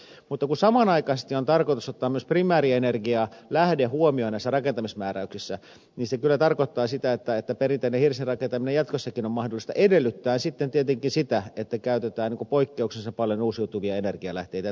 mutta kun samanaikaisesti on tarkoitus ottaa myös primääri energialähde huomioon näissä rakentamismääräyksissä niin se kyllä tarkoittaa sitä että perinteinen hirsirakentaminen jatkossakin on mahdollista se edellyttää sitten tietenkin sitä että käytetään poikkeuksellisen paljon uusiutuvia energialähteitä